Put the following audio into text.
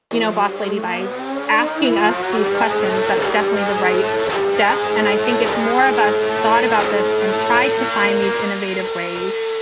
you know, boss lady, by asking us these questions, that's definitely the right step. and i think if more of us thought about this and tried to find these innovative ways,